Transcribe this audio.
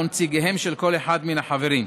או נציגיהם של כל אחד מן החברים.